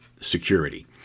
security